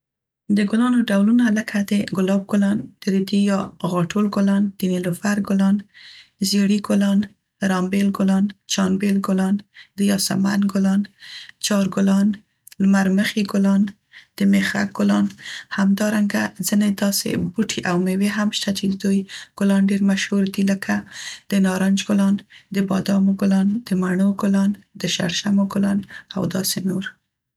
د ګلانو ډولونه لکه د ګلاب ګلان، د ریدي یا غاټول ګلان، د نیلوفر ګلان، زیړي ګلان، رامبیل ګلان، چانبیل ګلان، د یاسمن ګلان، چارګلان، لمر مخي ګلان، د میخک ګلان، همدارنګه ځينې داسې بوټي او میوې هم شته چې د دوی ګلان ډیر مشهور دي، لکه د نارنج ګلان، د بادامو ګلانو، د مڼو ګلان د شړشمو ګلان او داسې نور.